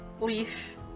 Leaf